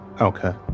Okay